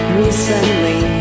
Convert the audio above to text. recently